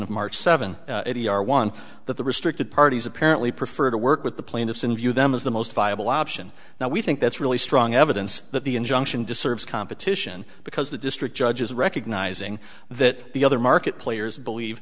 of march seventh one that the restricted parties apparently prefer to work with the plaintiffs and view them as the most viable option now we think that's really strong evidence that the injunction disserves competition because the district judge is recognizing that the other market players believe